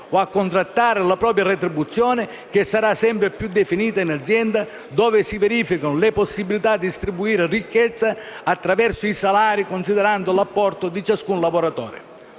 o a contrattare la propria retribuzione, che sarà sempre più definita in azienda, dove si verificano le possibilità di distribuire ricchezza attraverso i salari, considerando l'apporto di ciascun lavoratore.